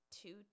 two